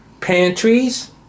pantries